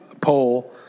poll